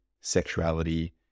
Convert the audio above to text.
sexuality